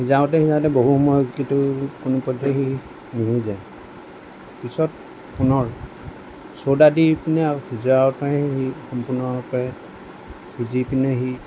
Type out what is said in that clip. সিজাওঁতে সিজাওতেঁ বহু সময় কিন্তু কোনোপধ্যেই সি নিসিজে পিছত পুনৰ চ'ডা দি পিনে আৰু সিজাওঁতে সি সম্পূৰ্ণৰূপে সিজি পিনি সি